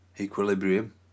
equilibrium